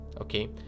okay